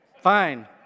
Fine